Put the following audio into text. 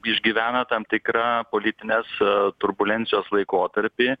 išgyvena tam tikrą politinės turbulencijos laikotarpį